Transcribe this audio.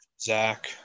Zach